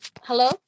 Hello